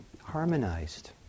harmonized